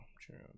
true